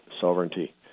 sovereignty